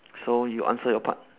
so you answer your part